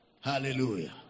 Hallelujah